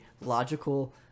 logical